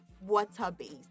water-based